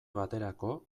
baterako